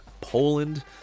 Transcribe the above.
poland